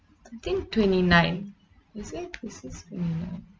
I think twenty nine is it is it twenty nine